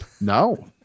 No